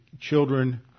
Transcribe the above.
children